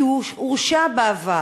כי הוא הורשע בעבר.